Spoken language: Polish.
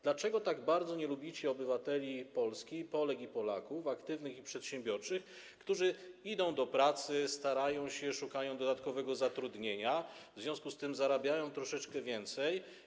Dlaczego tak bardzo nie lubicie obywateli Polski, Polek i Polaków, aktywnych i przedsiębiorczych, którzy idą do pracy, starają się, szukają dodatkowego zatrudnienia, w związku z czym zarabiają troszeczkę więcej?